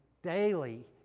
daily